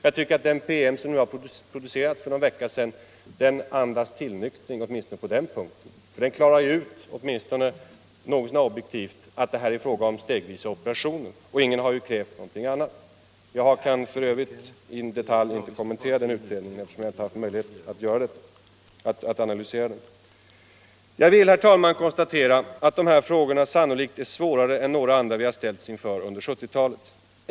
Jag tycker att den PM som producerats nyligen inom industridepartementet andas tillnyktring på den punkten. Den klarar ju ut, åtminstone något så när objektivt, att det här är fråga om stegvisa operationer, och ingen har ju krävt någonting annat. Jag kan i övrigt inte kommentera den utredningen eftersom jag inte haft tid och möjlighet att analysera den. Jag vill, herr talman, konstatera att de här frågorna sannolikt är svårare än några andra vi har ställts inför under 1970-talet.